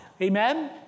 amen